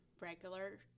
regular